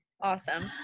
Awesome